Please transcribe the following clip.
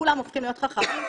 כולם הופכים להיות חכמים.